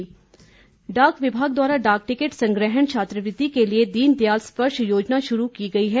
आवेदन डाक विभाग द्वारा डाक टिकट संग्रहण छात्रवृत्ति के लिए दीनदयाल स्पर्श योजना शुरू की गई है